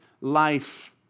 life